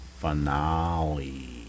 finale